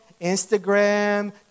Instagram